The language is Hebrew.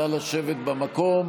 נא לשבת במקום.